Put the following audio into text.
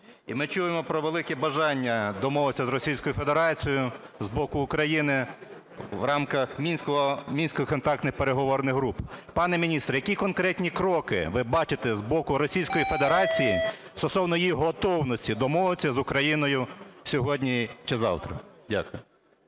І ми чуємо про велике бажання домовитися з Російською Федерацією з боку України в рамках мінських контактних переговорних груп. Пане міністр, які конкретні кроки ви бачите з боку Російської Федерації стосовно їх готовності домовитися з Україною сьогодні чи завтра? Дякую.